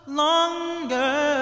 longer